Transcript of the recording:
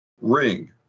ring